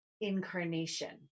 incarnation